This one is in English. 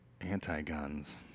anti-guns